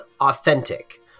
authentic